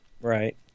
Right